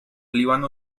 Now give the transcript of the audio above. líbano